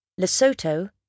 Lesotho